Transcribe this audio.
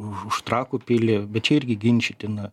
už trakų pilį bet čia irgi ginčytina